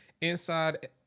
inside